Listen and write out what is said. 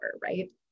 right